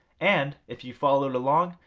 and if you've followed along,